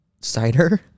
Cider